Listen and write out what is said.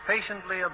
patiently